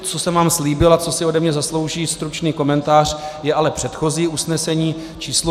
Co jsem vám slíbil a co si ode mě zaslouží stručný komentář, je ale předchozí usnesení číslo 176.